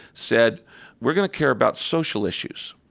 said we're going to care about social issues,